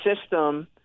system